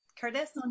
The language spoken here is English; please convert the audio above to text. Curtis